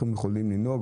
איך הם יכולים לנהוג,